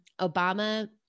Obama